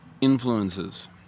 influences